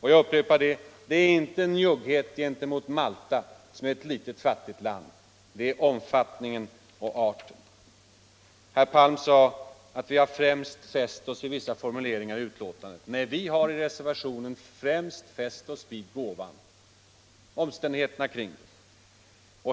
Jag upprepar: Det är inte njugghet gentemot Malta, som är ett litet fattigt land, det är omfattningen och arten av gåvan som gör att vi protesterar. Herr Palm sade att vi främst har fäst oss vid vissa formuleringar i betänkandet. Nej, vi har i reservationen fäst oss vid gåvan och omständigheterna kring gåvan.